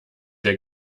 der